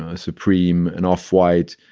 ah supreme and off-white,